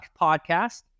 podcast